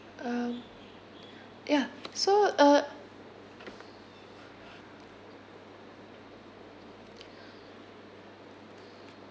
um ya so uh